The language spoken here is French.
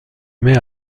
met